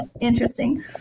interesting